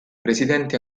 presidenti